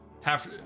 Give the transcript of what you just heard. half